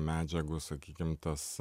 medžiagų sakykim tas